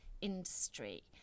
industry